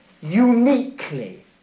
uniquely